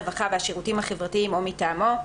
הרווחה והשירותים החברתיים או מטעמו"".